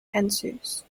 ensues